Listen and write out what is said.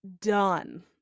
done